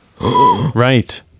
Right